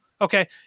Okay